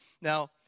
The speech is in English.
Now